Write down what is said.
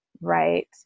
right